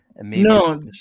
No